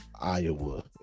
Iowa